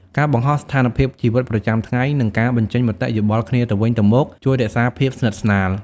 ការបង្ហោះស្ថានភាពជីវិតប្រចាំថ្ងៃ និងការបញ្ចេញមតិយោបល់គ្នាទៅវិញទៅមក ជួយរក្សាភាពស្និទ្ធស្នាល។